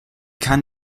kann